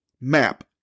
map